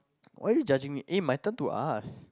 why are you judging me eh my turn to ask